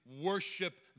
worship